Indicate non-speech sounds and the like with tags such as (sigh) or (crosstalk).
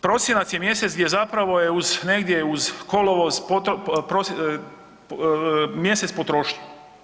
Prosinac je mjesec gdje zapravo je uz negdje uz kolovoz, ... (unintelligible) mjesec potrošnje.